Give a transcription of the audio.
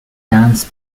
dance